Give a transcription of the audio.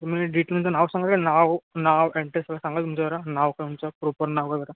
तुमी डिटेल तुमचं नाव सांगा का नाव नाव ॲड्रेस वगैरे सांगा तुमचं जरा तुमचं नाव का तुमचं प्रोपर नाव वगैरे